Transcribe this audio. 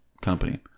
company